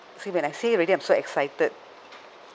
see when I say already I'm so excited